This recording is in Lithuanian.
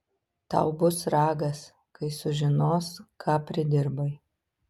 tau bus ragas kai sužinos ką pridirbai